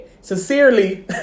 Sincerely